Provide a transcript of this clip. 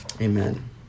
Amen